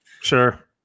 Sure